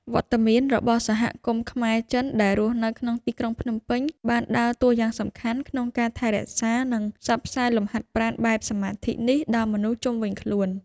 វត្តមានរបស់សហគមន៍ខ្មែរ-ចិនដែលរស់នៅក្នុងទីក្រុងភ្នំពេញ បានដើរតួយ៉ាងសំខាន់ក្នុងការថែរក្សា និងផ្សព្វផ្សាយលំហាត់ប្រាណបែបសមាធិនេះដល់មនុស្សជុំវិញខ្លួន។